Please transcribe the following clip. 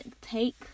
take